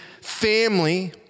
family